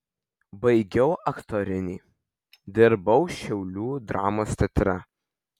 baigiau aktorinį dirbau šiaulių dramos teatre